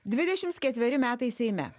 dvidešims ketveri metai seime